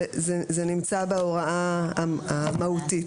זה נמצא בהוראה המהותית.